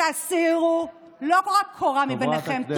תסירו לא רק קורה מבין עיניכם,